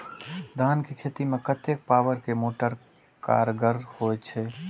धान के खेती में कतेक पावर के मोटर कारगर होई छै?